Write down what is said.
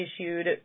issued